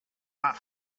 not